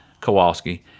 Kowalski